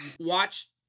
watch